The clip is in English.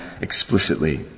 explicitly